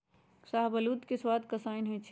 शाहबलूत के सवाद कसाइन्न होइ छइ